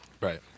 right